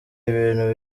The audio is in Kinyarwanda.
ibintu